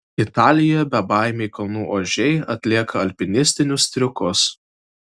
italijoje bebaimiai kalnų ožiai atlieka alpinistinius triukus